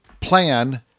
plan